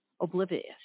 oblivious